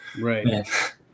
right